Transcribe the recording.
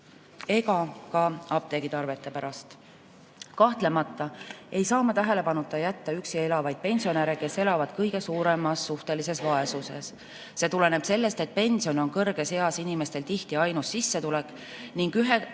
ega ka apteegitarvete pärast. Kahtlemata ei saa tähelepanuta jätta üksi elavaid pensionäre, kes elavad kõige suuremas suhtelises vaesuses. See tuleneb sellest, et pension on kõrges eas inimestel tihti ainus sissetulek ning üha